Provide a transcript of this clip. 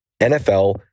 NFL